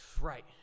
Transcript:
right